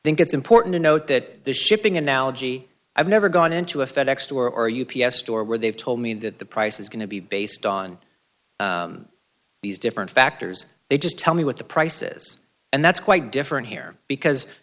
here think it's important to note that the shipping analogy i've never gone into a fed ex store or u p s store where they've told me that the price is going to be based on these different factors they just tell me what the prices and that's quite different here because